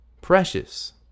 precious